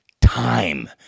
time